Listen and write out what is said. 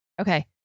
Okay